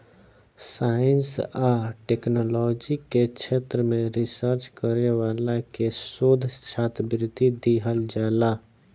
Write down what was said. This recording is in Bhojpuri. साइंस आ टेक्नोलॉजी के क्षेत्र में रिसर्च करे वाला के शोध छात्रवृत्ति दीहल जाला